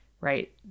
right